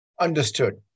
Understood